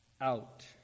out